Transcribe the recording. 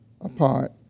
apart